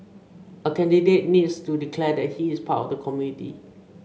a candidate needs to declare that he is part of the community